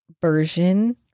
version